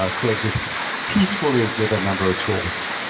ah coexist peacefully with a number of tools.